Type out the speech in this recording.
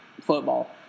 Football